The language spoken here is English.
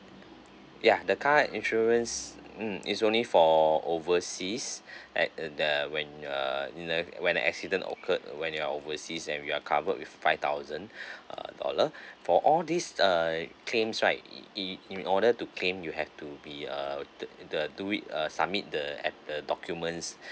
ya the car insurance mm is only for overseas at uh the when uh in a when an accident occurred when you're overseas and you are covered with five thousand uh dollar for all these uh claims right in in order to claim you have to be uh the the do it uh submit the at the documents